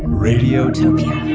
radiotopia